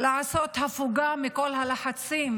לעשות הפוגה מכל הלחצים